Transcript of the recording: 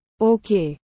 Okay